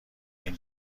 این